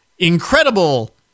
Incredible